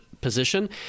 position